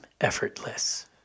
effortless